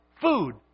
food